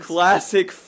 Classic